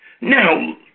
Now